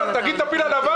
תגיד מה הוא "הפיל הלבן".